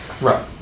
Right